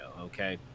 okay